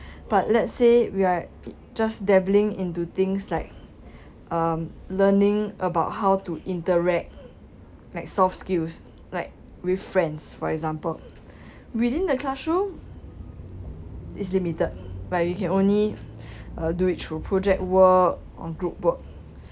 but let's say we are just dabbling into things like um learning about how to interact like soft skills like with friends for example within the classroom is limited but you can only uh do it through project work or group work